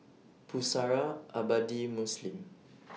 Pusara Abadi Muslim